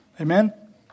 Amen